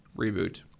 reboot